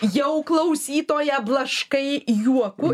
jau klausytoją blaškai juoku